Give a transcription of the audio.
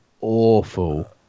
awful